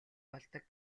болдог